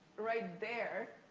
right there,